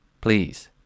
Please